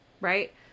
right